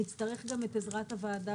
נצטרך גם את עזרת הוועדה